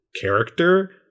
character